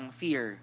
fear